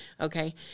Okay